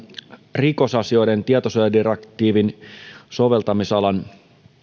rikosasioiden tietosuojadirektiivin soveltamisalan